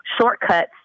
shortcuts